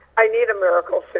i need a miracle.